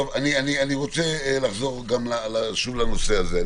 אני רוצה לחזור שוב לנושא הזה.